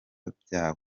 byawe